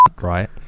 right